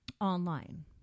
online